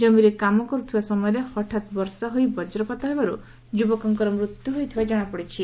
ଜମିରେ କାମ କରୁଥିବା ସମୟରେ ହଠାତ୍ ବର୍ଷା ହୋଇ ବଜ୍ରପାତ ହେବାରୁ ଯୁବକଙ୍କର ମୃତ୍ୟୁ ହୋଇଥିବା ଜଶାପଡ଼ିଛି